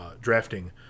drafting